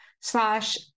slash